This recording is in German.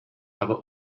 aber